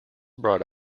brought